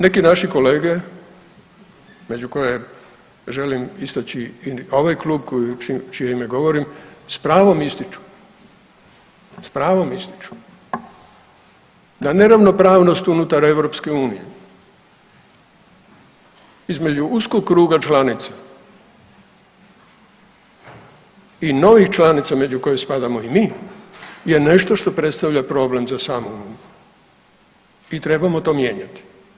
Neki naše kolege među koje želim istaći i ovaj klub u čije ime govorim s pravom ističu, s pravom ističu da neravnopravnost unutar EU, između uskog kruga članica i novih članica među koje spadamo i mi je nešto što predstavlja problem za samu uniju i trebamo to mijenjati.